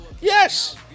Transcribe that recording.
Yes